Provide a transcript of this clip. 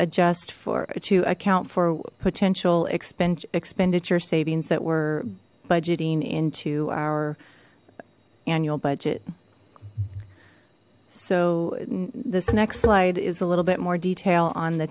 adjust for to account for potential expense expenditure savings that were budgeting into our annual budget so this next slide is a little bit more detail on the